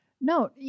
No